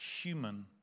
human